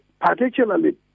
particularly